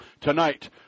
Tonight